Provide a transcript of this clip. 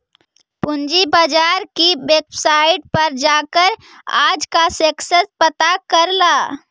पूंजी बाजार की वेबसाईट पर जाकर आज का सेंसेक्स पता कर ल